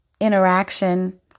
interaction